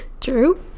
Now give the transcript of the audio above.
True